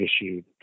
issued